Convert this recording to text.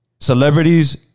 Celebrities